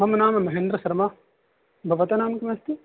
मम नाम महेन्द्रशर्मा भवतः नाम किमस्ति